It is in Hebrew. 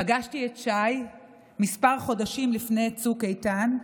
פגשתי את שי כמה חודשים לפני צוק איתן,